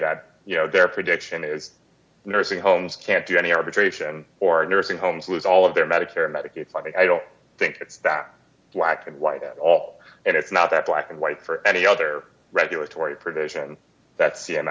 that you know their prediction is nursing homes can't do any arbitration or nursing homes lose all of their medicare medicaid funding i don't think it's that black and white at all and it's not that black and white for any other regulatory provision that c m